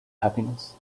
happiness